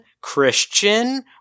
Christian